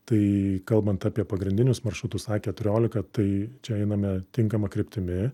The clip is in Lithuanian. tai kalbant apie pagrindinius maršrutus a keturiolika tai čia einame tinkama kryptimi